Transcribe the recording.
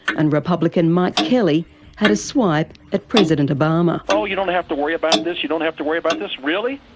and republican mike kelly had a swipe at president obama. oh you don't have to worry about this, you don't have to worry about this. really?